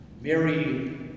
Mary